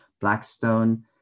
Blackstone